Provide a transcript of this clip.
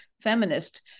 feminist